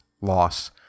loss